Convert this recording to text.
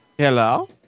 Hello